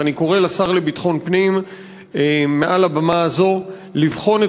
ואני קורא מעל הבמה הזו לשר לביטחון פנים לבחון את